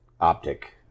optic